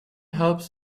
helps